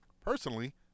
Personally